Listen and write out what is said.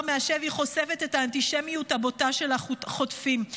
מהשבי חושפת את האנטישמיות הבוטה של החוטפים,